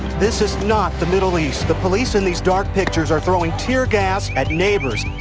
this is not the middle east. the police in these dark pictures are throwing tear gas at neighbors.